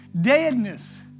deadness